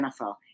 NFL